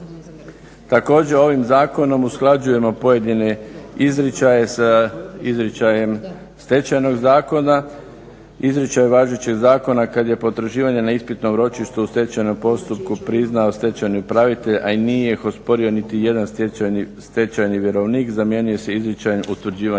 Također, ovim zakonom usklađujemo pojedine izričaje sa izričajem stečajnog zakona, izričaj važećeg zakona kad je potraživanje na ispitnom ročištu u stečajnom postupku priznao stečajni upravitelj a i nije ih osporio niti jedan stečajni vjerovnik zamijenio se izričajem utvrđivanje